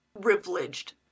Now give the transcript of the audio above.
privileged